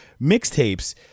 mixtapes